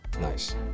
Nice